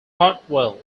hartwell